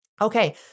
Okay